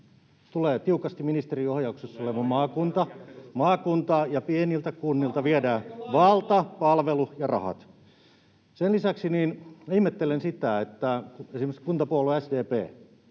Tulee laajat hartiat peruspalveluille!] ja pieniltä kunnilta viedään valta, palvelu ja rahat. Sen lisäksi ihmettelen sitä, että esimerkiksi te, kuntapuolue SDP,